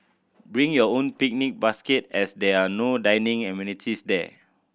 bring your own picnic basket as there are no dining amenities there